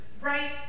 right